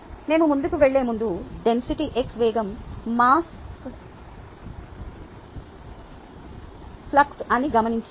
మేము ముందుకు వెళ్ళే ముందు డెన్సిటీ X వేగం మాస్ ఫ్లక్స్ అని గమనించండి